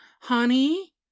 honey